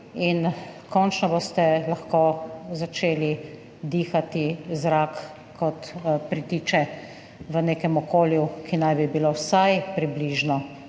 in končno boste lahko začeli dihati zrak, kot pritiče v nekem okolju, ki naj bi bilo vsaj približno